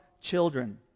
children